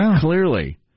clearly